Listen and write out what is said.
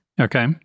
Okay